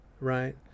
right